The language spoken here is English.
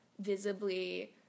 visibly